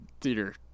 theater